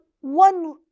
one